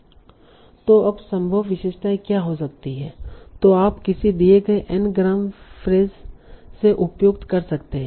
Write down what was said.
तो अब संभव विशेषताएं क्या हो सकती हैं जो आप किसी दिए गए n ग्राम फ्रेस से उपयोग कर सकते हैं